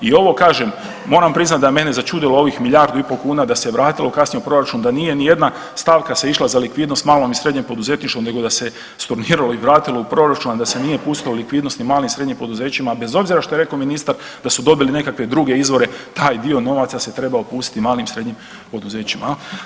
I ovo kažem moram priznati da je mene začudilo ovih milijardu i pol kuna da se vratilo kasnije u proračun, da nije ni jedna stavka se išla za likvidnost malom i srednjem poduzetništvu, nego da se storniralo i vratilo u proračun, a da se nije pustilo likvidnost i malim i srednjim poduzećima bez obzira što je rekao ministar da su dobili nekakve druge izvore taj dio novaca se trebao pustiti malim i srednjim poduzećima.